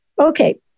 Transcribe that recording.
Okay